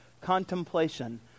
contemplation